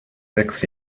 sechs